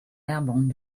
airborne